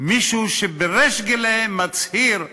מישהו שבריש גלי מצהיר ואומר: